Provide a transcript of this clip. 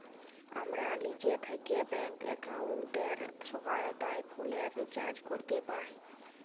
আমরা লিজে থ্যাকে ব্যাংক এক্কাউন্টের সহায়তায় ফোলের রিচাজ ক্যরতে পাই